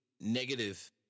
Negative